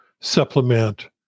supplement